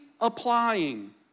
applying